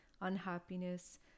unhappiness